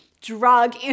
drug